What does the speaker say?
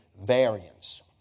variance